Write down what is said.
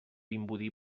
vimbodí